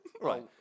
Right